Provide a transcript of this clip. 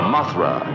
Mothra